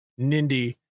Nindy